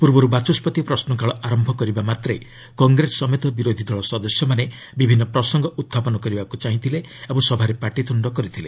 ପୂର୍ବରୁ ବାଚସ୍କତି ପ୍ରଶ୍ନକାଳ ଆରମ୍ଭ କରିବାମାତ୍ରେ କଂଗ୍ରେସ ସମେତ ବିରୋଧି ଦଳ ସଦସ୍ୟମାନେ ବିଭିନ୍ନ ପ୍ରସଙ୍ଗ ଉତ୍ଥାପନ କରିବାକୁ ଚାହିଁଥିଲେ ଓ ସଭାରେ ପାଟିତୁଣ୍ଡ କରିଥିଲେ